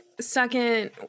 second